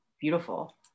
beautiful